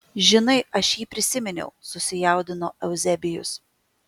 žinai aš jį prisiminiau susijaudino euzebijus